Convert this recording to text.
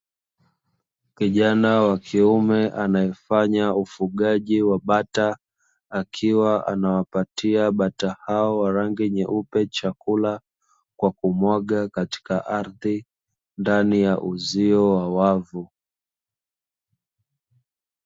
Kijana wa kiume anaye fanya ufugaji wa bata, akiwa anawapatia bata hawa wa rangi nyeupe chakula kwa kumwaga katika ardhi ndani ya uzio wa wavu.